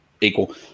equal